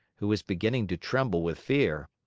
who was beginning to tremble with fear.